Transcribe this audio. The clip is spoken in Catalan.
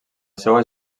seua